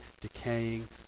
decaying